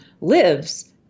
lives